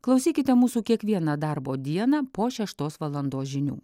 klausykite mūsų kiekvieną darbo dieną po šeštos valandos žinių